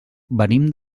venim